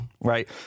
right